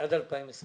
עד 2023